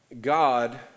God